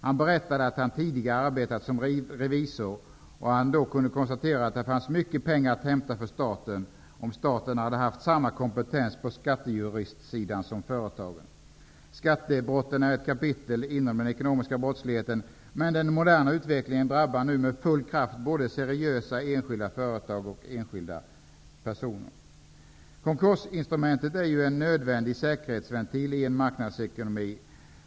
Han berättade att han tidigare arbetat som revisor och att han då kunde konstatera att det funnits mycket pengar att hämta för staten, om staten hade haft samma kompetens på skattejuristsidan som företagen. Skattebrotten är ett kapitel inom den ekonomiska brottsligheten, men den moderna utvecklingen drabbar nu med full kraft både seriösa företag och enskilda personer. Konkursinstrumentet är en nödvändig säkerhetsventil i en marknadsekonomi.